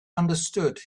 understood